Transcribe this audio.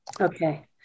Okay